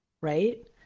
right